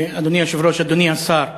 אדוני היושב-ראש, אדוני השר,